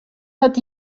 hat